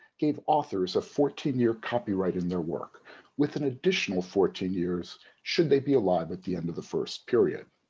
gave authors a fourteen year copyright in their work with an additional fourteen years should they be alive at the end of the first first period.